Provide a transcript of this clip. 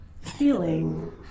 Feeling